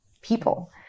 people